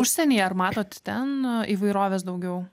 užsieny ar matot ten įvairovės daugiau